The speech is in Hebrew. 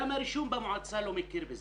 גם הרישום במועצה לא מכיר בזה,